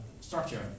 structure